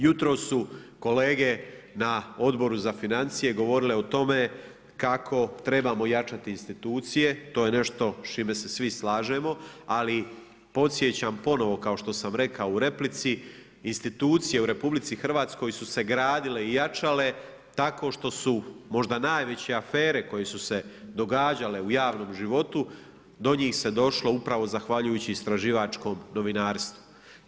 Jutros su kolege na Odboru za financije govorile o tome kako trebamo jačati institucije, to je nešto s čime se svi slažemo, ali podsjećam ponovo, kao što sam rekao u replici, institucije u RH su se gradile i jačale tako što su, možda najveće afere koje su se događale u javnom životu, do njih se došlo upravo zahvaljujući istraživačkom novinarstvu.